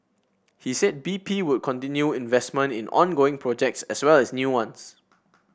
he said B P would continue investment in ongoing projects as well as new ones